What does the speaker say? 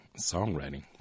songwriting